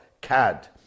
cad